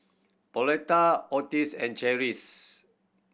Pauletta Ottis and Cherise